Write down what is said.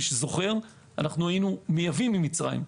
היינו מייבאים ממצרים.